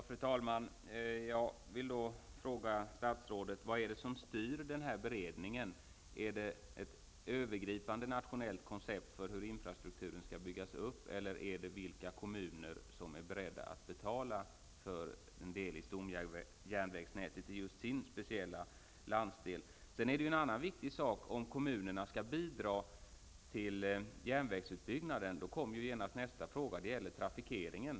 Fru talman! Jag vill fråga statsrådet vad som styr beredningen: Är det ett övergripande nationellt koncept för hur infrastrukturen skall byggas upp, eller är det vilka kommuner som är beredda att betala för en del av stomjärnvägsnätet i speciellt sin landsdel? En annan viktig sak är om kommunerna skall bidra till järnvägsutbyggnaden. Då inställer sig genast nästa fråga, och det gäller trafikeringen.